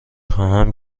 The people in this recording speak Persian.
خواهم